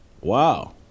Wow